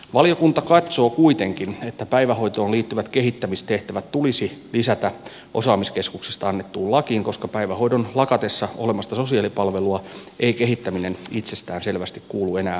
valiokunta katsoo kuitenkin että päivähoitoon liittyvät kehittämistehtävät tulisi lisätä osaamiskeskuksista annettuun lakiin koska päivähoidon lakatessa olemasta sosiaalipalvelua ei kehittäminen itsestään selvästi kuulu enää osaamiskeskukselle